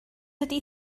ydy